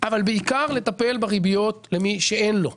אבל בעיקר לטפל בריביות למי שאין לו.